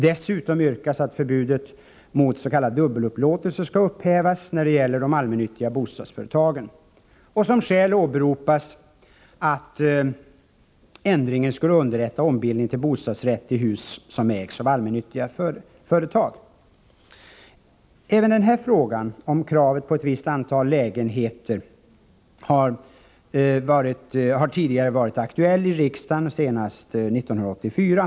Dessutom yrkas att förbudet mot s.k. dubbelupplåtelse skall kunna upphävas när det gäller de allmännyttiga bostadsföretagen. Som skäl åberopas att ändringen skulle underlätta ombildningen till bostadsrätter i hus som ägs av allmännyttiga företag. Även den här frågan — det gäller alltså kravet på ett visst antal lägenheter — har tidigare varit aktuell här i riksdagen. Frågan debatterades senast 1984.